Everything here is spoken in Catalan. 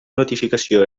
notificació